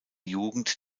jugend